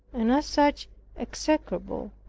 and as such execrable.